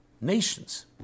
nations